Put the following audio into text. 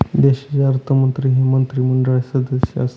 देशाचे अर्थमंत्री हे मंत्रिमंडळाचे सदस्य असतात